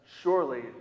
Surely